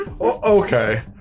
Okay